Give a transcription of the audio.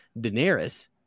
Daenerys